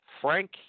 Frank